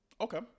Okay